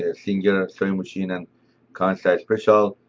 ah singer sewing machine and kansai special.